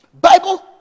bible